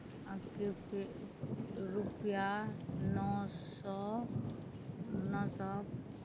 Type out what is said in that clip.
कृपया रुपैआ नओ सओ नओ सओ